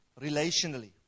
relationally